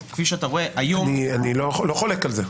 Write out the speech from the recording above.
אני לא חולק על זה.